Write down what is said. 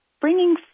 bringing